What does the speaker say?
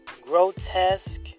grotesque